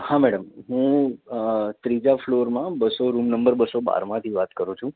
હા મેડમ હું ત્રીજા ફ્લોરમાં બસો રૂમ નંબર બસો બારમાંથી વાત કરું છું